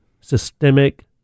Systemic